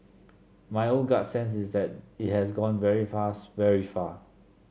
my own gut sense is that it has gone very fast very far